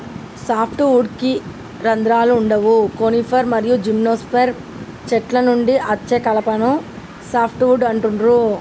soft వుడ్కి రంధ్రాలు వుండవు కోనిఫర్ మరియు జిమ్నోస్పెర్మ్ చెట్ల నుండి అచ్చే కలపను సాఫ్ట్ వుడ్ అంటుండ్రు